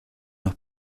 los